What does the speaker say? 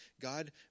God